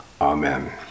amen